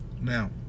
now